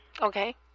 Okay